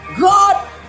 God